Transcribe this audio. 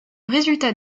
résultat